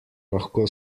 lahko